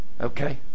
okay